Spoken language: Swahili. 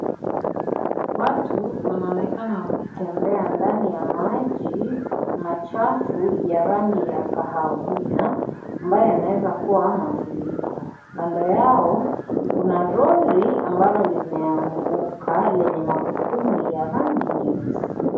Watu, wanaonekana wakitembea ndani ya maji machafu ya rangi ya kahawia, ambayo yanaweza kuwa, mafuriko. Kando yao, kuna lori ambalo limeanguka lenye magurudumu ya rangi nyeusi.